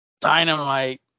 Dynamite